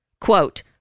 quote